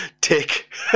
tick